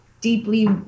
deeply